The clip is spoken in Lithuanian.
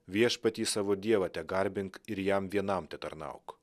viešpatį savo dievą tegarbink ir jam vienam tetarnauk